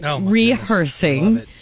rehearsing